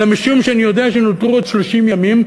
אלא משום שאני יודע שנותרו עוד 30 ימים,